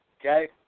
okay